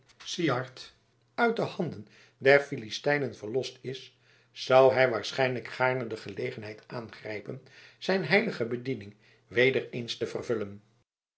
syard uit de handen der philistijnen verlost is zou hij waarschijnlijk gaarne de gelegenheid aangrijpen zijn heilige bediening weder eens te vervullen